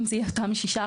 אם זה יהיה אותם 6%,